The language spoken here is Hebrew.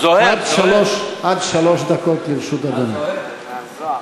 תגידי לעוזרים שלך להכין נאומים לשש דקות ולא ל-16 דקות.